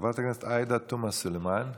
חברת הכנסת עאידה תומא סלימאן.